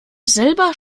selber